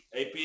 AP